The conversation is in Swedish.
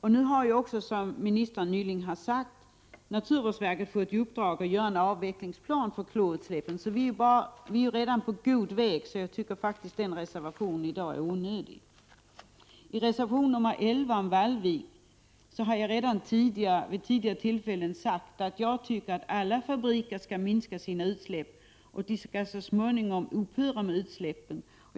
Som jordbruksministern nyligen meddelat har naturvårdsverket också fått i uppdrag att utarbeta en avvecklingsplan för klorutsläppen, så vi är redan på god väg, och jag tycker att reservationen är onödig. Reservation 11 handlar om Vallvik. Jag har redan vid tidigare tillfällen sagt att jag tycker att alla fabriker skall minska sina utsläpp och att de så småningom skall upphöra med utsläppen.